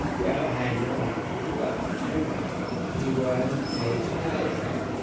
well i had no idea who he was. it turned out he was a psychiatrist,